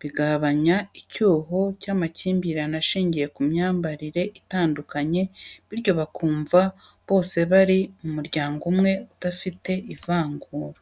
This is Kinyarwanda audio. bigabanya icyuho cy’amakimbirane ashingiye ku myambarire itandukanye, bityo bakumva bose bari mu muryango umwe udafite ivangura.